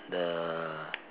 the